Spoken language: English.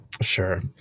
Sure